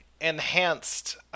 enhanced